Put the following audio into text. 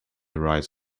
horizon